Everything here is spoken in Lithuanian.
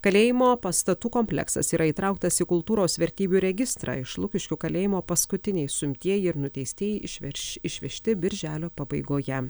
kalėjimo pastatų kompleksas yra įtrauktas į kultūros vertybių registrą iš lukiškių kalėjimo paskutiniai suimtieji ir nuteistieji išverš išvežti birželio pabaigoje